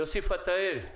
יוסי פתאל.